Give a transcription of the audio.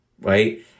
Right